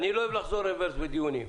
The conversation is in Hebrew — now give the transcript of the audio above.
אני לא אוהב לחזור אחורה בדיונים.